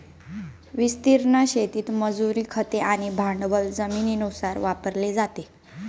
विस्तीर्ण शेतीत मजुरी, खते आणि भांडवल जमिनीनुसार वापरले जाते